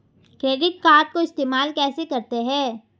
Credit card को इस्तेमाल कैसे करते हैं?